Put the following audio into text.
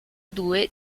due